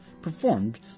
performed